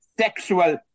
sexual